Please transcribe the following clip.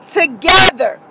together